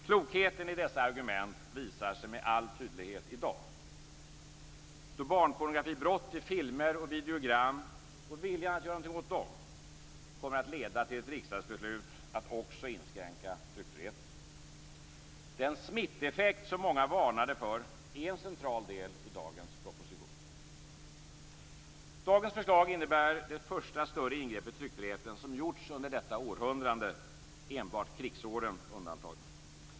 Klokheten i dessa argument visar sig med all tydlighet i dag, då barnpornografibrott i filmer och videogram och viljan att göra något åt dem kommer att leda till ett riksdagsbeslut att också inskränka tryckfriheten. Den smitteffekt som många varnade för är en central del i dagens proposition. Dagens förslag innebär det första större ingrepp i tryckfriheten som gjorts under detta århundrade - enbart krigsåren undantagna.